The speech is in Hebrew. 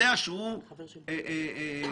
לא --- אירוע מן הסוג הזה,